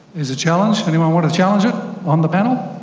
there's a challenge. anyone want to challenge it on the panel?